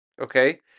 okay